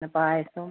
പിന്നെ പായസം